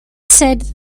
said